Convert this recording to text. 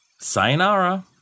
sayonara